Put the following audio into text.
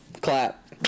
clap